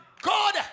God